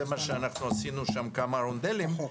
זה מה שאנחנו עשינו שם כמה רונדלים,